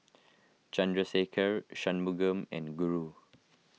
Chandrasekaran Shunmugam and Guru